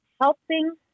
Helping